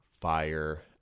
Fire